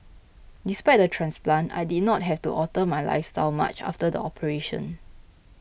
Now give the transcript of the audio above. despite the transplant I did not have to alter my lifestyle much after the operation